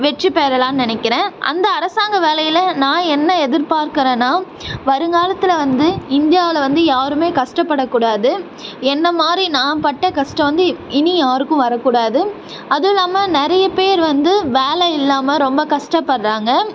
வெற்றி பெறலாம்ன்னு நினக்கிறேன் அந்த அரசாங்க வேலையில் நான் என்ன எதிர்பார்க்குறேன்னா வருங்காலத்தில் வந்து இந்தியாவில் வந்து யாருமே கஷ்டப்பட கூடாது என்ன மாதிரி நான் பட்ட கஷ்டம் வந்து இனி யாருக்கும் வர கூடாது அதுவும் இல்லாமல் நிறைய பேர் வந்து வேலை இல்லாமல் ரொம்ப கஷ்டபட்றாங்க